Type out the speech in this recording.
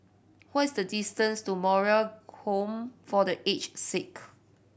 what is the distance to Moral Home for The Aged Sick